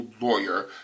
lawyer